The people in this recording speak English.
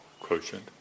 quotient